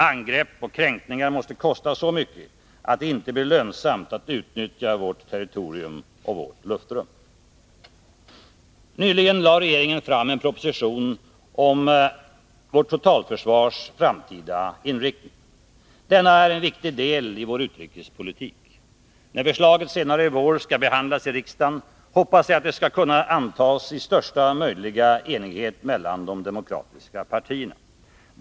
Angrepp och kränkningar måste kosta så mycket att det inte blir lönsamt att utnyttja vårt territorium och vårt luftrum. Nyligen lade regeringen fram en proposition om vårt totalförsvars framtida inriktning. Denna är en viktig del i vår utrikespolitik. Jag hoppas att förslaget, när det senare i vår skall behandlas i riksdagen, skall kunna antas i största möjliga enighet mellan de demokratiska partierna.